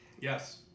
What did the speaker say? Yes